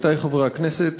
עמיתי חברי הכנסת,